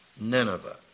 Nineveh